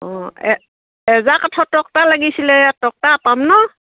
অঁ আজাৰ কাঠৰ তকটা লাগিছিলে তকতা পাম ন